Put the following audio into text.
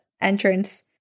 entrance